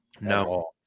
no